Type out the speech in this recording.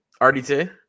RDT